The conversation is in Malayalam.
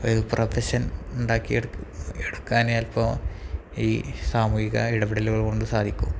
ഒരു പ്രൊഫഷൻ ഉണ്ടാക്കിയെടുക്ക് എടുക്കാൻ ചിലപ്പോൾ ഈ സാമൂഹിക ഇടപെടലുകൾ കൊണ്ട് സാധിക്കും